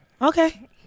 Okay